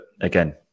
again